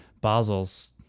Basel's